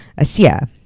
Asia